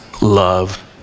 love